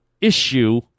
issue